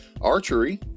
Archery